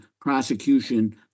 prosecution